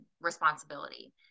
responsibility